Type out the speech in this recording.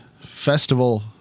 festival